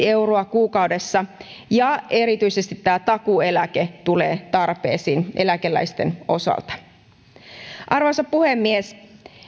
euroa kuukaudessa ja erityisesti tämä takuueläke tulee tarpeeseen eläkeläisten osalta arvoisa puhemies